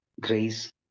grace